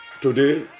today